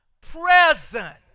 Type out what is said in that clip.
present